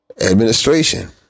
administration